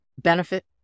benefit